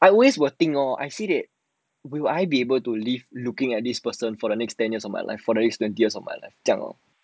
I always will think lor I say that will I be able to leave looking at this person for the next ten years of my life for the next twenty years of my left 这样子 lor